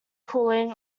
cooling